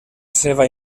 seva